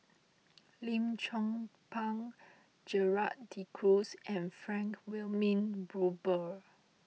Lim Chong Pang Gerald De Cruz and Frank Wilmin Brewer